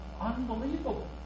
unbelievable